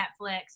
Netflix